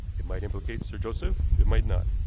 it might implicate sir joseph, it might not.